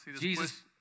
Jesus